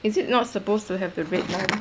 is it not supposed to have the red line